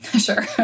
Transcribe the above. Sure